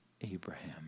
Abraham